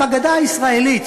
בגדה הישראלית,